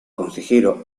consejero